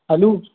हलूं